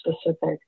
specific